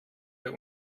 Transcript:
der